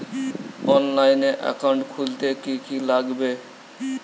অনলাইনে একাউন্ট খুলতে কি কি লাগবে?